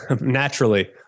naturally